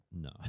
No